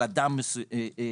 על אדם מסוים,